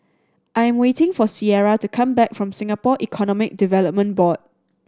I am waiting for Sierra to come back from Singapore Economic Development Board